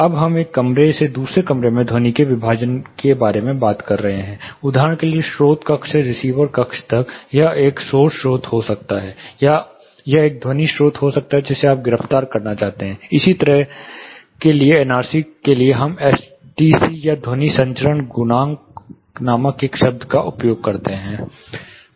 अब हम एक कमरे से दूसरे कमरे में ध्वनि और विभाजन के बारे में बात कर रहे हैं उदाहरण के लिए स्रोत कक्ष से रिसीवर कक्ष तक यह एक शोर स्रोत हो सकता है या यह एक ध्वनि स्रोत हो सकता है जिसे आप गिरफ्तार करना चाहते हैं इसी तरह के लिए एनआरसी के लिए हम एसटीसी या ध्वनि संचरण गुणांक नामक एक शब्द का उपयोग करते हैं